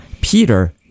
Peter